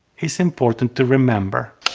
is important to remember.